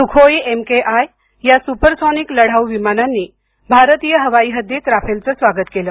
Sukhoi MKI या supersonic लढाऊ विमानांनी भारतीय हवाई हद्दीत राफेलचं स्वागत केलं